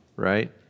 right